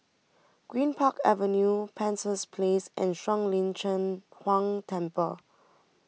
Greenpark Avenue Penshurst Place and Shuang Lin Cheng Huang Temple